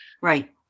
right